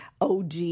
OG